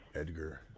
Edgar